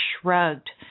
shrugged